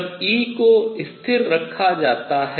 जब E को स्थिर रखा जाता है